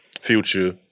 Future